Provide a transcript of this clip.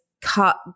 cut